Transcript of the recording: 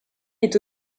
est